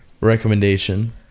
recommendation